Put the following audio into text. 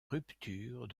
rupture